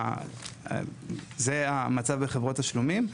זה המצב בחברות תשלומים.